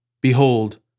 Behold